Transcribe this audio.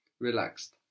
relaxed